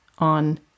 On